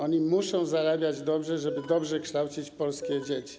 Oni muszą zarabiać dobrze, żeby dobrze kształcić polskie dzieci.